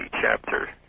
Chapter